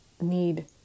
need